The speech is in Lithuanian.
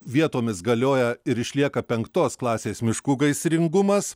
vietomis galioja ir išlieka penktos klasės miškų gaisringumas